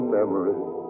memories